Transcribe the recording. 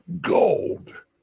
gold